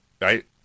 right